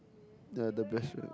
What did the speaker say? the the best brand